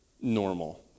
normal